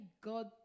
God